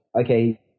Okay